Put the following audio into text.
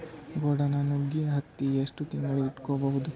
ಗೊಡಾನ ನಾಗ್ ಹತ್ತಿ ಎಷ್ಟು ತಿಂಗಳ ಇಟ್ಕೊ ಬಹುದು?